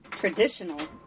traditional